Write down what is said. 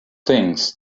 things